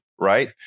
right